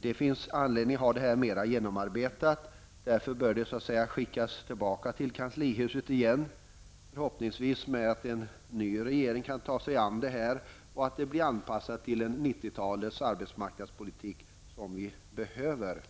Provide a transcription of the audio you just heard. det finns anledning att genomarbeta detta förslag ytterligare. Därför bör ärendet skickas tillbaka till kanslihuset. Förhoppningsvis kan en ny regering ta sig an förslaget och anpassa det till den 90-talets arbetsmarknadspolitik som vi behöver.